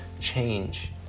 change